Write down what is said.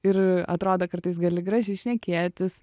ir atrodo kartais gali gražiai šnekėtis